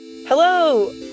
Hello